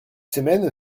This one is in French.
semaine